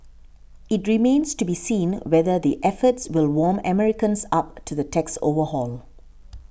it remains to be seen whether the efforts will warm Americans up to the tax overhaul